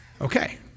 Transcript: Okay